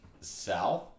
south